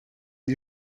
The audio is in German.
die